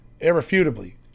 irrefutably